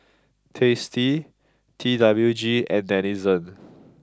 tasty T W G and Denizen